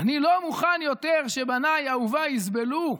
אני לא מוכן יותר שבניי אהוביי יסבלו,